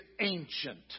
ancient